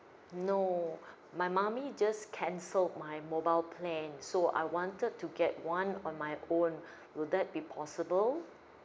no my mummy just cancelled my mobile plan so I wanted to get one on my own will that be possible